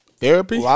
Therapy